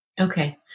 Okay